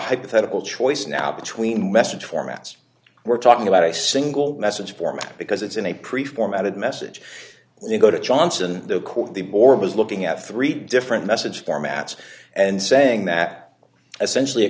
hypothetical choice now between message formats we're talking about a single message format because it's in a pre formatted message when you go to johnson of course the board was looking at three different message formats and saying that essentially it